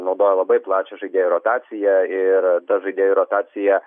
naudoja labai plačią žaidėjų rotaciją ir ta žaidėjų rotacija